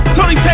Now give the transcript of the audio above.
Tony